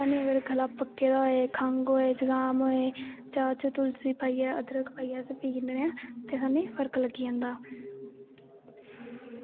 साह्नू अगर गला पक्के दा होई खंघ होऐ जुकाम होऐ चाह् च तुलसी पाईयै अदरक पाईयै अस पी लैन्ने होन् आं ते साह्नू पर्क लग्गी जंदा